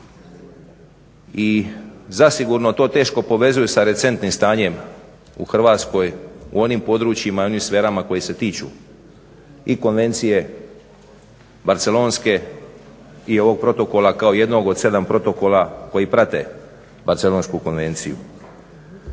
i zasigurno to teško povezuje sa recentnim stanjem u Hrvatskoj u onim područjima i onim sferama koje se tiču i Konvencije barcelonske i ovog protokola kao jednog od 7 protokola koji prate Barcelonsku konvenciju.